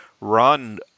run